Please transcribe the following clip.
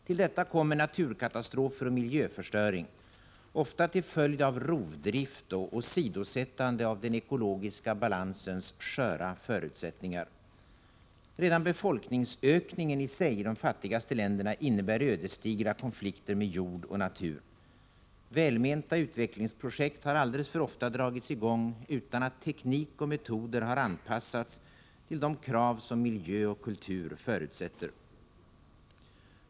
Till detta kommer naturkatastrofer och miljöförstöring — ofta till följd av rovdrift och åsidosättande av den ekologiska balansens sköra förutsättningar. Redan befolkningsökningen i sig i de fattigaste länderna innebär ödesdigra konflikter med jord och natur. Välmenta utvecklingsprojekt har alldeles för ofta dragits i gång utan att teknik och metoder anpassats till de krav som miljö och kultur förutsätter.